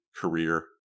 career